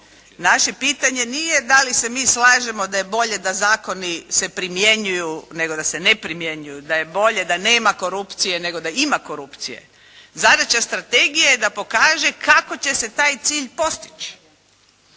Naše pitanje nije da li se mi slažemo da je bolje da zakoni se primjenjuju, nego da se ne primjenjuju, da je bolje da nema korupcije, nego da ima korupcije. Zadaća strategije je da pokaže kako će se taj cilj postići.